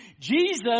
Jesus